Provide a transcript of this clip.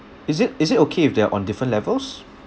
is it is it okay if they're on different levels